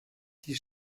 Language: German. die